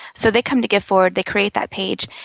so they come to giveforward, they create that page,